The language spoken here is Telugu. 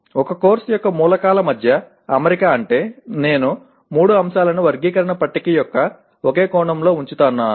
ఒక కోర్సు యొక్క మూలకాల మధ్య అమరిక అంటే నేను మూడు అంశాలను వర్గీకరణ పట్టిక యొక్క ఒకే కణంలో ఉంచుతున్నాను